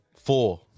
Four